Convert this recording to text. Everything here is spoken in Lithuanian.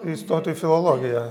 įstoti į filologiją